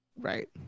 Right